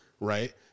right